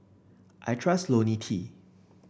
I trust IoniL T